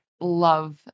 love